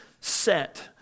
set